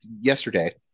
yesterday